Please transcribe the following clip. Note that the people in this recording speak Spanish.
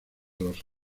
los